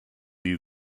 you